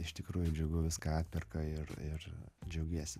iš tikrųjų džiugu viską atperka ir ir džiaugiesi